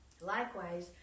Likewise